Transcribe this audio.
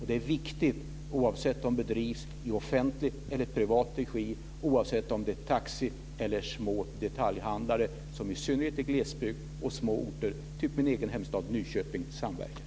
Det är viktigt oavsett om det är offentlig eller privat regi, oavsett om det är taxi eller små detaljhandlare som samverkar i glesbygd och i små orter som t.ex. min hemstad